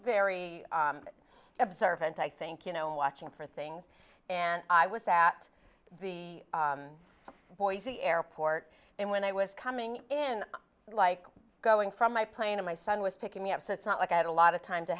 very observant i think you know watching for things and i was at the boise airport and when i was coming in like going from my plane and my son was picking me up so it's not like i had a lot of time to